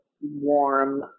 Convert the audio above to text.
warm